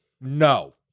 no